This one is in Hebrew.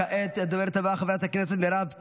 כעת הדוברת הבאה, חברת הכנסת מירב כהן,